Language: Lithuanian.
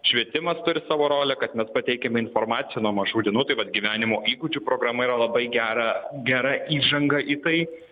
švietimas turi savo rolę kad mes pateikiame informaciją nuo mažų dienų tai vat gyvenimo įgūdžių programa yra labai gera gera įžanga į tai